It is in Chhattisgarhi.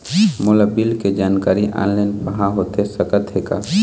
मोला बिल के जानकारी ऑनलाइन पाहां होथे सकत हे का?